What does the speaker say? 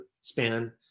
span